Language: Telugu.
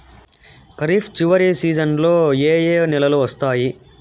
ఖరీఫ్ చివరి సీజన్లలో ఏ ఏ నెలలు వస్తాయి